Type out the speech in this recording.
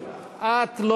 את,